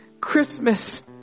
Christmas